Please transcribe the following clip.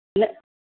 न